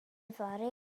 yfory